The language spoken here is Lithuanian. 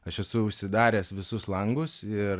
aš esu užsidaręs visus langus ir